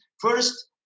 first